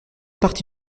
partie